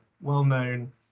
well-known